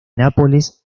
nápoles